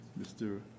Mr